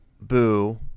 Boo